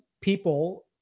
people